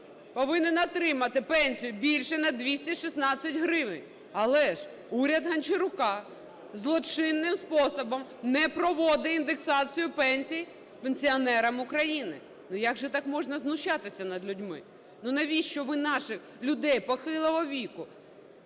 повинен отримати пенсію більшу на 216 гривень. Але ж уряд Гончарука злочинним способом не проводить індексацію пенсій пенсіонерам України. Як же так можна знущатися над людьми? Навіщо ви наших людей похилого віку,